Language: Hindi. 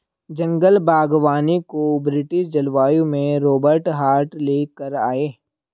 जंगल बागवानी को ब्रिटिश जलवायु में रोबर्ट हार्ट ले कर आये